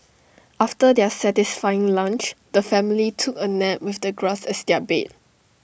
after their satisfying lunch the family took A nap with the grass as their bed